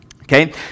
Okay